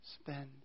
spend